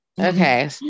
Okay